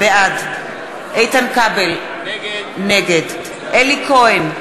בעד איתן כבל, נגד אלי כהן,